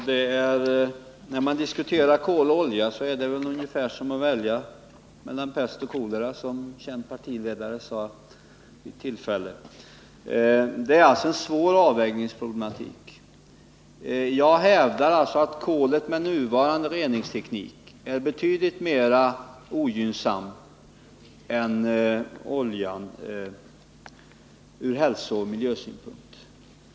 Herr talman! När man diskuterar om man skall välja kol eller olja är det ungefär som när man skall välja mellan pest och kolera, som en känd partiledare sade vid ett tillfälle. Det är alltså en svår avvägningsproblematik. Jag hävdar att kolet med nuvarande reningsteknik är betydligt mera ogynnsamt än oljan ur hälsooch miljösynpunkt.